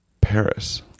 Paris